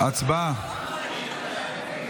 הצבעה.